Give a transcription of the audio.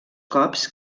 cops